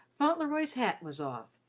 fauntleroy's hat was off,